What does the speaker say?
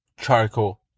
charcoal